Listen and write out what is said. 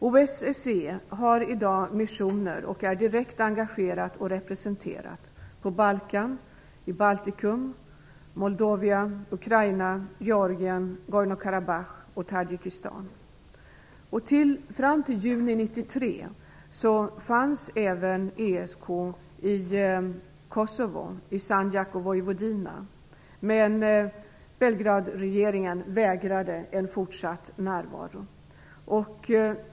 OSSE har i dag missioner och är direkt engagerat och representerat på Balkan och i Baltikum samt i Fram till juni 1993 fanns även ESK i Kosovo, i Sandjak och Vojvodina. Men Belgradregeringen vägrade fortsatt närvaro.